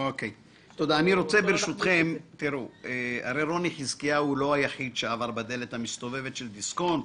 הרי רוני חזקיהו הוא לא היחיד שעבר בדלת המסתובבת של דיסקונט.